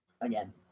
Again